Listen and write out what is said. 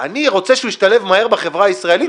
אני רוצה שהוא ישתלב מהר בחברה הישראלית?